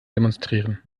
demonstrieren